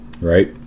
Right